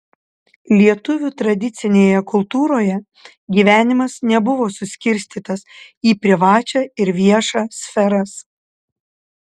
lietuvių tradicinėje kultūroje gyvenimas nebuvo suskirstytas į privačią ir viešą sferas